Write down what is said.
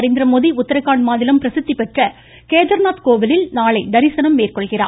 நரேந்திரமோடி உத்தரகாண்ட் மாநிலம் பிரசித்திபெற்ற கேதர்நாத் கோவிலில் நாளை தரிசனம் மேற்கொள்கிறார்